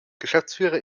geschäftsführer